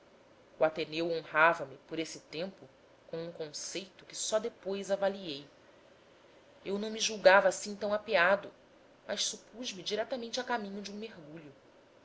o ateneu honrava me por esse tempo com um conceito que só depois avaliei eu não me julgava assim tão apeado mas supus me diretamente a caminho de um mergulho